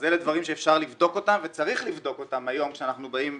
אז אלה דברים שאפשר לבדוק אותם וצריך לבדוק אותם היום כשאנחנו באים